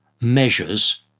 measures